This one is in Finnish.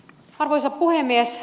arvoisa puhemies